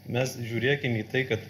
mes žiūrėkim į tai kad